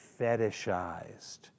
fetishized